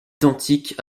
identique